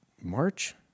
March